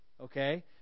okay